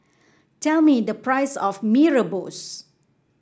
tell me the price of Mee Rebus